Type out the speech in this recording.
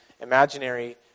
imaginary